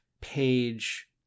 page